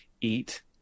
eat